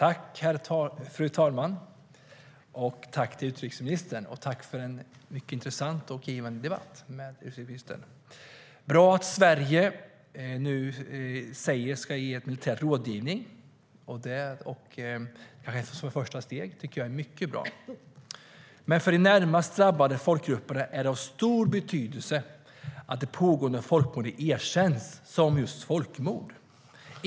Fru talman! Jag tackar utrikesministern för en mycket intressant och givande debatt. Det är bra att Sverige ska ge militär rådgivning. Som ett första steg är det mycket bra. Men för de närmast drabbade folkgrupperna är det av stor betydelse att det pågående folkmordet erkänns som just folkmord.